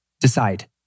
decide